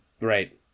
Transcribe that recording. Right